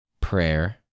prayer